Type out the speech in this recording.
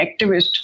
activist